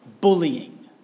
Bullying